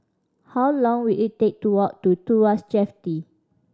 how long will it take to walk to Tuas Jetty